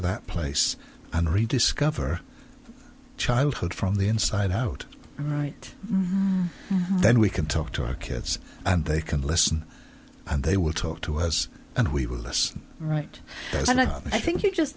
that place and rediscover childhood from the inside out right then we can talk to our kids and they can listen and they will talk to us and we will this right i think you just